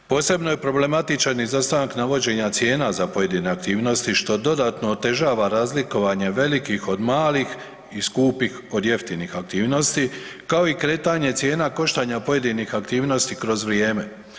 Posebno je problematičan izostanak navođenja cijena za pojedine aktivnosti što dodatno otežava razlikovanje velikih od malih i skupih od jeftinih aktivnosti, kao i kretanje cijena koštanja pojedinih aktivnosti kroz vrijeme.